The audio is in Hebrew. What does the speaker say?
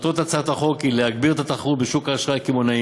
מטרות הצעת החוק היא להגביר את התחרות בשוק האשראי הקמעונאי